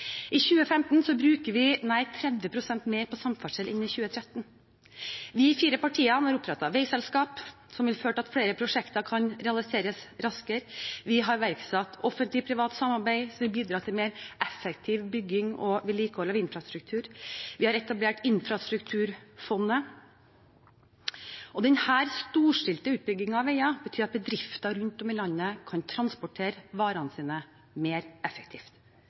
I 2015 bruker vi nær 30 pst. mer på samferdsel enn i 2013. De fire partiene har opprettet veiselskap, som vil føre til at flere prosjekter kan realiseres raskere. Vi har iverksatt offentlig–privat samarbeid, som har bidratt til mer effektiv bygging og vedlikehold av infrastruktur, og vi har etablert infrastrukturfondet. Denne storstilte utbyggingen av veier betyr at bedrifter rundt om i landet kan transportere varene sine mer effektivt.